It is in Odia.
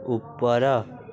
ଉପର